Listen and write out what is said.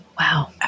Wow